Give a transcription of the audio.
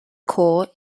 core